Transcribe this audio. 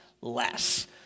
less